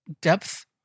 depth